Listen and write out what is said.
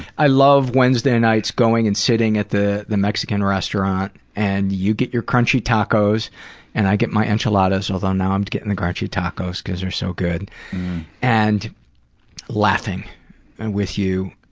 i love wednesday nights, going and sitting at the the mexican restaurant, and you get your crunchy tacos and i get my enchiladas although, now i'm getting the crunchy tacos cause they're so good and laughing with you.